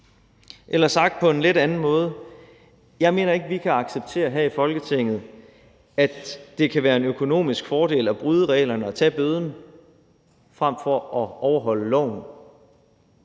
eller sagt på en lidt anden måde: Jeg mener ikke, vi kan acceptere her i Folketinget, at det kan være en økonomisk fordel at bryde reglerne og tage bøden frem for at overholde loven,